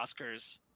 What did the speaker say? Oscars